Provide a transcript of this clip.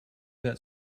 that